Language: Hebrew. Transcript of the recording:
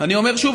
אני אומר שוב,